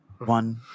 one